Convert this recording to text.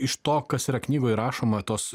iš to kas yra knygoj rašoma tos